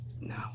No